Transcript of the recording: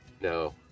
No